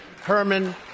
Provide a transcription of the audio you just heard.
Herman